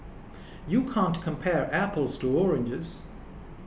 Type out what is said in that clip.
you can't compare apples to oranges